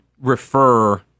refer